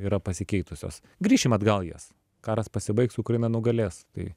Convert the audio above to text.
yra pasikeitusios grįšim atgal į jas karas pasibaigs ukraina nugalės tai